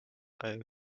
ewy